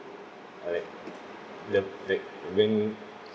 uh that the that when